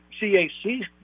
CAC